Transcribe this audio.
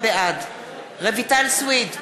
בעד רויטל סויד,